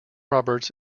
roberts